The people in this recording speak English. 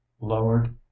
lowered